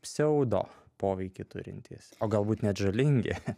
pseudo poveikį turintys o galbūt net žalingi